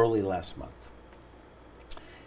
early last month